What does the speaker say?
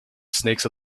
snakes